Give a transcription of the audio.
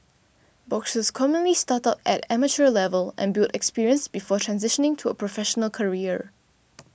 boxers commonly start out at amateur level and build experience before transitioning to a professional career